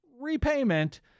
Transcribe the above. repayment